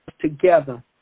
together